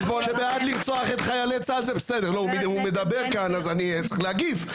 שזה עד לרצוח את חיילי צה"ל, זה בסדר.